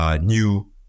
new